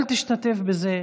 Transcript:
אל תשתתף בזה.